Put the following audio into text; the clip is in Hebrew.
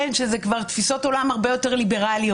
שאלה כבר תפיסות עולם הרבה יותר ליברליות.